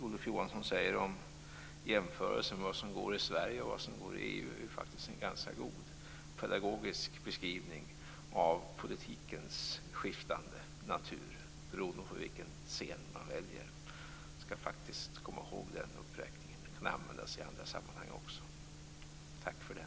Olof Johanssons jämförelser mellan vad som går i Sverige och vad som går i EU är faktiskt en ganska god pedagogisk beskrivning av politikens skiftande natur, beroende på vilken scen man väljer. Jag skall faktiskt komma ihåg den uppräkningen. Den kan användas i andra sammanhang också. Tack för den!